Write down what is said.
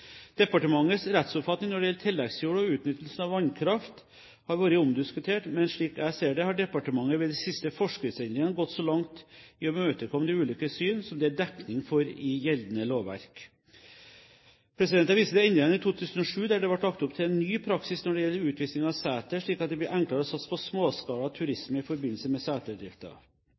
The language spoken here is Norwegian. Departementets rettsoppfatning når det gjelder tilleggsjord og utnyttelsen av vannkraften, har vært omdiskutert, men slik jeg ser det, har departementet ved de siste forskriftsendringene gått så langt i å imøtekomme de ulike syn som det er dekning for i gjeldende lovverk. Jeg viser til endringene i 2007, der det ble lagt opp til en ny praksis når det gjelder utvisning av seter, slik at det blir enklere å satse på småskala turisme i forbindelse med